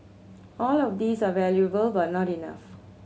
all of these are valuable but not enough